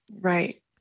Right